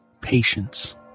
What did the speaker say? Patience